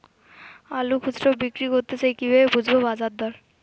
আলু খুচরো বিক্রি করতে চাই কিভাবে বুঝবো বাজার দর?